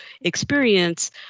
experience